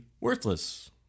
worthless